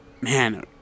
man